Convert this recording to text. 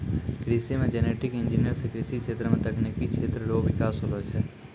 कृषि मे genetic engineer से कृषि क्षेत्र मे तकनिकी क्षेत्र रो बिकास होलो छै